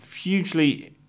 hugely